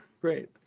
great